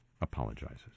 Apologizes